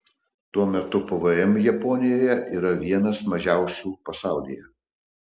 tuo metu pvm japonijoje yra vienas mažiausių pasaulyje